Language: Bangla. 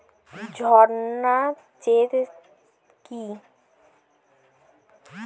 ঝর্না সেচ কি?